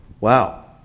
wow